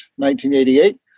1988